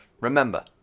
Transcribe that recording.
remember